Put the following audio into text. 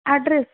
address